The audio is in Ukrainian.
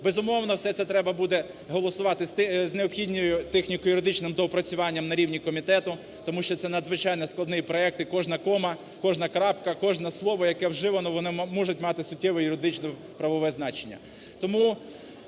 Безумовно, все це треба буде голосувати з необхідним техніко-юридичним доопрацюванням на рівні комітету. Тому що це надзвичайно складний проект і кожна кома, кожна крапка, кожне слово, яке вживане, вони можуть мати суттєво юридично-правове значення.